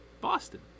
Boston